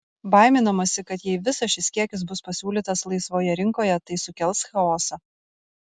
baiminamasi kad jei visas šis kiekis bus pasiūlytas laisvoje rinkoje tai sukels chaosą